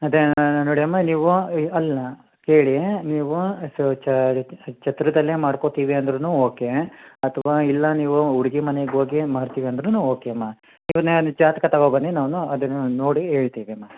ಅದೇ ನೋಡಿ ಅಮ್ಮ ನೀವು ಅಲ್ಲ ಕೇಳಿ ನೀವು ಸೊ ಛತ್ರದಲ್ಲೇ ಮಾಡ್ಕೋತೀವಿ ಅಂದರೂನು ಓಕೆ ಅಥ್ವಾ ಇಲ್ಲ ನೀವು ಹುಡುಗಿ ಮನೆಗೆ ಹೋಗಿ ಮಾಡ್ತೀವಿ ಅಂದರೂನು ಓಕೆ ಅಮ್ಮ ಈಗ ನಾನು ಜಾತಕ ತಗೋ ಬನ್ನಿ ನಾನು ಅದನ್ನು ನೋಡಿ ಹೇಳ್ತೀವಿ ಅಮ್ಮ